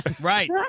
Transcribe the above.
Right